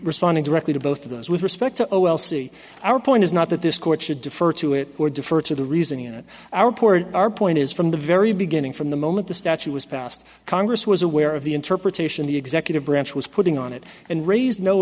responding directly to both of those with respect to see our point is not that this court should defer to it or defer to the reasoning on our port our point is from the very beginning from the moment the statute was passed congress was aware of the interpretation the executive branch was putting on it and raised no